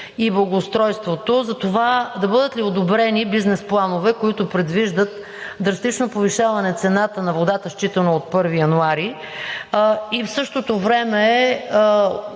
и благоустройството: да бъдат ли одобрени бизнес планове, които предвиждат драстично повишаване цената на водата, считано от 1 януари 2022 г., и в същото време